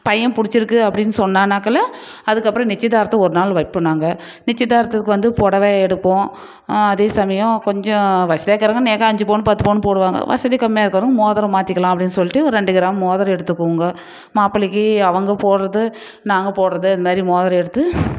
பையன் பிடிச்சிருக்கு அப்படினு சொன்னானாக்குள அதுக்கப்புறம் நிச்சயதார்த்தம் ஒரு நாள் வைப்போம் நாங்கள் நிச்சயதார்த்தத்துக்கு வந்து புடவை எடுப்போம் அதே சமயம் கொஞ்சம் வசதியாக இருக்கிறவங்க நெகை அஞ்சு பவுன் பத்து பவுன் போடுவாங்க வசதி கம்மியாக இருக்கிறவங்க மோதிரம் மாற்றிக்கலாம் அப்படினு சொல்லிவிட்டு ஒரு ரெண்டு கிராம் மோதிரம் எடுத்துக்குவங்க மாப்பிள்ளைக்கு அவங்க போடுறது நாங்கள் போடுறது இந்தமாதிரி மோதிரம் எடுத்து